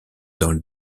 dans